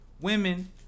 Women